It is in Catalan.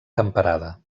temperada